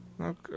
Okay